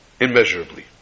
immeasurably